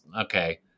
okay